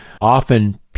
often